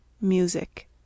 music